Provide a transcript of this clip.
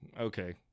okay